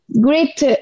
great